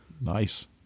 Nice